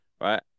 right